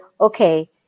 okay